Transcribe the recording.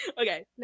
Okay